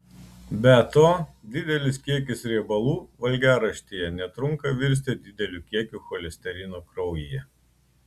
be to didelis kiekis riebalų valgiaraštyje netrunka virsti dideliu kiekiu cholesterino kraujyje